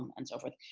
um and so forth.